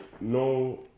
no